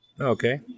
Okay